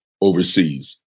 overseas